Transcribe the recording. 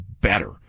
better